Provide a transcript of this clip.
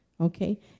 Okay